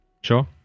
Sure